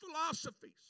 philosophies